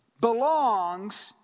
belongs